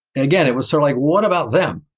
again, it was sort of like, what about them?